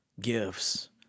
gifts